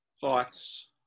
thoughts